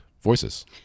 Voices